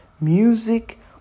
music